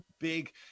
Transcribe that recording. big